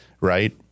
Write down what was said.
right